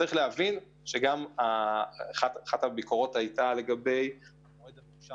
צריך להבין שאחת הביקורות הייתה לגבי --- אני יכול להגיד לך